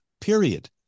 period